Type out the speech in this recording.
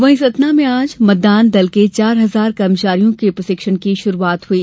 वहीं सतना में आज मतदान दल के चार हजार कर्मचारियों के प्रशिक्षण की शुरूआत हुई